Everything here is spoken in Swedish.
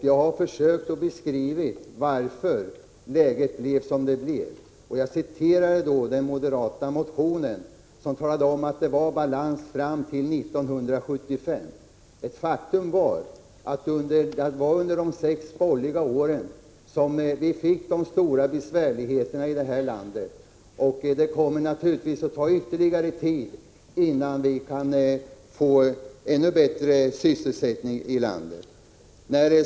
Jag har försökt beskriva varför läget blev som det blev, och jag citerade då den moderata motionen, där man sade att det var balans fram till 1975. Faktum är att det var under de sex borgerliga åren som vi fick de stora besvärligheterna i det här landet, och det kommer naturligtvis att ta ytterligare tid, innan vi kan få ännu bättre sysselsättning i landet.